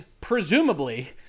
presumably